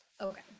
Okay